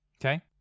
Okay